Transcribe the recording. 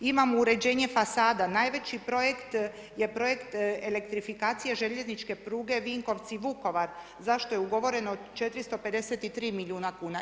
Imamo uređenje fasada, najveći projekt je projekt elektrifikacije željezničke pruge Vinkovci-Vukovar za što je ugovoreno 453 milijuna kuna.